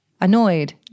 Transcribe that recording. annoyed